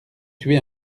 tué